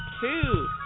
two